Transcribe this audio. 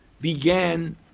began